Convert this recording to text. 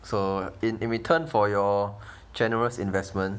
so in in return for your generous investment